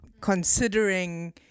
considering